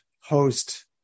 host